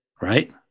right